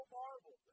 marvel